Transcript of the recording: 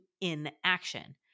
inaction